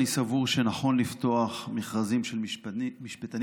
אני סבור שנכון לפתוח מכרזים של משפטנים